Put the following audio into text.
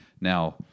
Now